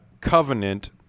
covenant